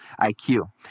IQ